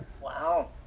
Wow